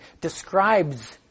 describes